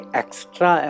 extra